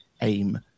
aim